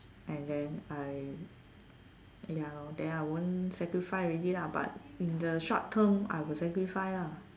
and then I ya lor then I won't sacrifice already lah but in the short term I will sacrifice lah